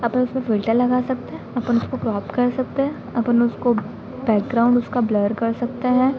अपन उसमें फ़िल्टर लगा सकते हैं अपन उसको क्रॉप कर सकते हैं अपन उसको बैकग्राउन्ड उसका ब्लर कर सकते हैं